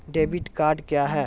Debit card क्या हैं?